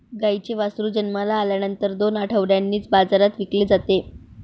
गाईचे वासरू जन्माला आल्यानंतर दोन आठवड्यांनीच बाजारात विकले जाते